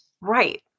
right